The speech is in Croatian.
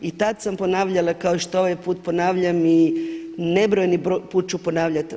I tad sam ponavljala kao što i ovaj put ponavljam i nebrojeni put ću ponavljati.